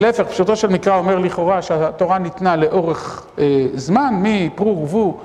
להפך, פשוטו של מקרא אומר לכאורה שהתורה ניתנה לאורך זמן, מפרו ורבו.